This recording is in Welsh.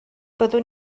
byddwn